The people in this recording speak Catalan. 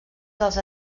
dels